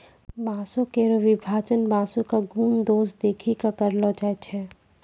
बांसों केरो विभाजन बांसों क गुन दोस देखि कॅ करलो जाय छै